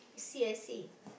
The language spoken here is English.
I see I see